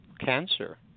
cancer